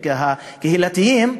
הקהילתיים.